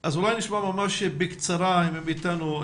אז אולי נשמע ממש בקצרה אם הם איתנו.